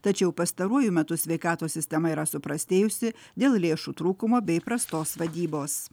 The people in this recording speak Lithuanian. tačiau pastaruoju metu sveikatos sistema yra suprastėjusi dėl lėšų trūkumo bei prastos vadybos